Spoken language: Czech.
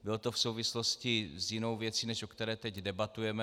Bylo to v souvislosti s jinou věcí, než o které teď debatujeme.